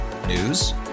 News